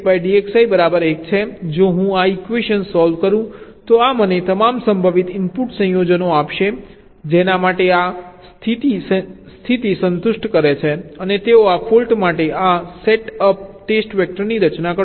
તેથી Xi dfdXi બરાબર 1 છે જો હું આ ઈક્વેશન સોલ્વ કરું તો આ મને તમામ સંભવિત ઇનપુટ સંયોજનો આપશે જેના માટે આ સ્થિતિ સંતુષ્ટ છે અને તેઓ આ ફોલ્ટ માટે આ સેટઅપ ટેસ્ટ વેક્ટરની રચના કરશે